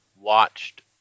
watched